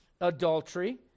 Adultery